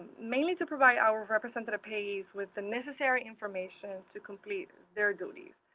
mainly to provide our representative payees with the necessary information to complete their duty.